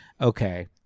okay